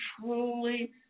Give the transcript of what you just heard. truly